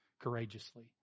courageously